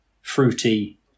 fruity